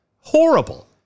Horrible